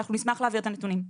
אנחנו נשמח להעביר את הנתונים.